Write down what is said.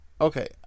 Okay